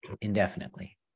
indefinitely